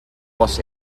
was